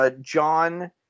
John